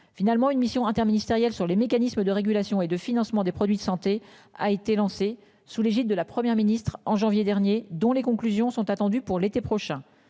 Finalement, une mission interministérielle sur les mécanismes de régulation et de financement des produits de santé a été lancée sous l'égide de la Première ministre en janvier dernier, dont les conclusions sont attendues pour l'été prochain